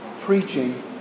preaching